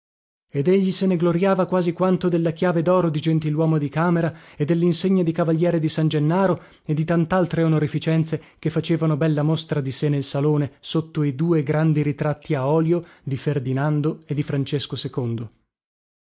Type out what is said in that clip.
ed egli se ne gloriava quasi quanto della chiave doro di gentiluomo di camera e dellinsegna di cavaliere di san gennaro e di tantaltre onorificenze che facevano bella mostra di sé nel salone sotto i due grandi ritratti a olio di ferdinando e di francesco